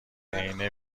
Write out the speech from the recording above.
عینه